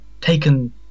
taken